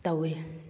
ꯇꯧꯋꯦ